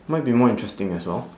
might be more interesting as well